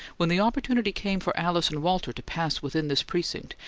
when the opportunity came for alice and walter to pass within this precinct,